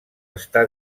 està